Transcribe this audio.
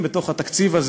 ואז גם אין תקציב.